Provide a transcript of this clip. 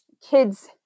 kids